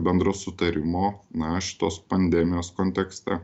bendro sutarimo na šitos pandemijos kontekste